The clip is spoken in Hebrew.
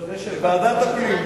לוועדת הפנים.